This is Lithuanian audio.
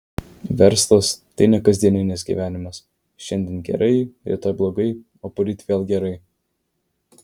verslas tai ne kasdieninis gyvenimas šiandien gerai rytoj blogai o poryt vėl gerai